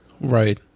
Right